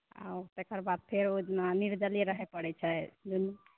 आ ओ तेकर बाद फेर ओहि दिना निरजले रहे परै छै दुनू